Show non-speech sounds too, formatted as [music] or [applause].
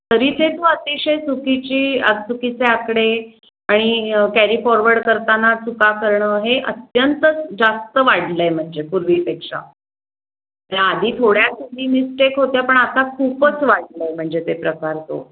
तरी ते तू अतिशय चुकीची आ चुकीचे आकडे आणि कॅरी फॉरवर्ड करताना चुका करणं हे अत्यंत जास्त वाढलं आहे म्हणजे पूर्वीपेक्षा ज्या आधी थोड्या [unintelligible] मिस्टेक होत्या पण आता खूपच वाढलं आहे म्हणजे ते प्रकार तो